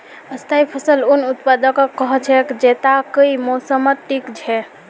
स्थाई फसल उन उत्पादकक कह छेक जैता कई मौसमत टिक छ